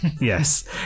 Yes